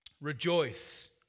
Rejoice